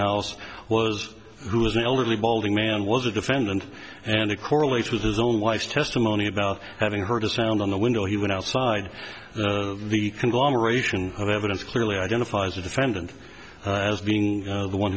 house was who was an elderly balding man was a defendant and it correlates with his own wife's testimony about having heard a sound on the window he went outside the conglomeration of evidence clearly identifies the defendant as being the one